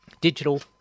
digital